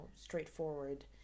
straightforward